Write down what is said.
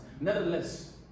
Nevertheless